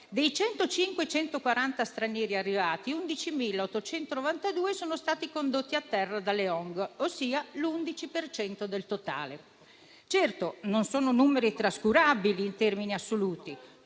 Dei 105.140 stranieri arrivati, 11.892 sono stati condotti a terra dalle ONG, ossia l'11 per cento del totale. Certo, non sono numeri trascurabili in termini assoluti,